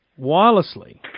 wirelessly